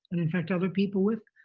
and infect other people with.